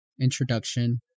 introduction